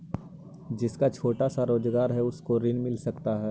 जिसका छोटा सा रोजगार है उसको ऋण मिल सकता है?